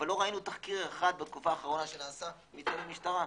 אבל לא ראניו תחקיר אחד בתקופה האחרונה שנעשה בידי משטרה.